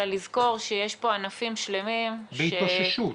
אלא לזכור שיש פה ענפים שלמים --- בהתאוששות.